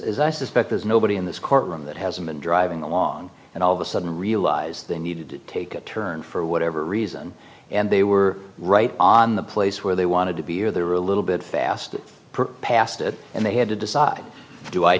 i suspect there's nobody in this courtroom that hasn't been driving along and all of a sudden realize they needed to take a turn for whatever reason and they were right on the place where they wanted to be or they were a little bit fast past it and they had to decide do i